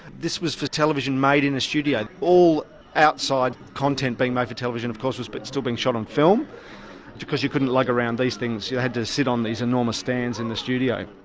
this was for television made in a studio. all outside content being made for television of course was but still being shot on film because you couldn't lug around these things, they yeah had to sit on these enormous stands in the studio.